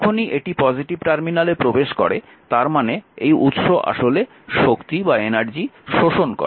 যখনই এটি পজিটিভ টার্মিনালে প্রবেশ করে তার মানে এই উৎস আসলে শক্তি শোষণ করে